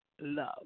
love